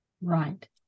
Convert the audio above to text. Right